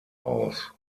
aus